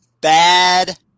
bad